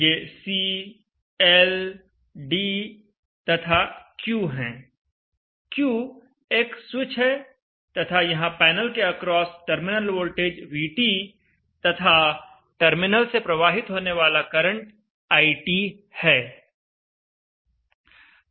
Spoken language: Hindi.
ये C L D तथा Q हैं Q एक स्विच है तथा यहां पैनल के अक्रॉस टर्मिनल वोल्टेज VT तथा टर्मिनल से प्रवाहित होने वाला करंट IT है